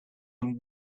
him